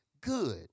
good